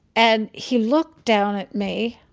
and he looked down at me.